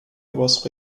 was